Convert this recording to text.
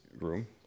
room